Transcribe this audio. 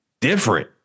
different